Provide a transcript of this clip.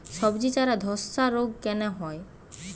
সবজির চারা ধ্বসা রোগ কেন হয়?